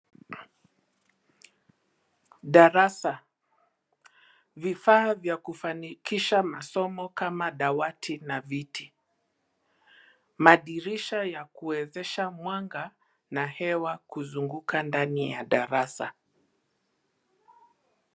Darasa, vifaa vya kufanikisha masomo kama dawati na viti. Madirisha yakuwezesha mwanga na hewa kuzunguka ndani ya darasa.